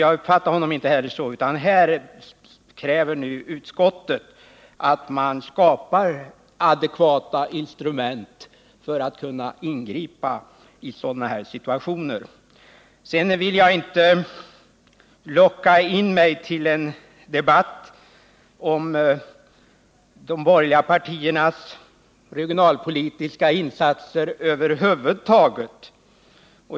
Jag uppfattade honom inte heller så, utan här kräver nu utskottet att man skapar adekvata instrument för att kunna ingripa i sådana här situationer. Sedan vill jag inte låta mig lockas in i en debatt om de borgerliga partiernas regionalpolitiska insatser över huvud taget.